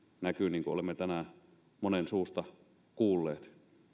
näkyy niin kuin olemme tänään monen suusta kuulleet